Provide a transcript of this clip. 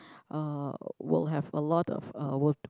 uh will have a lot of uh work